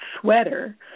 sweater